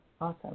Awesome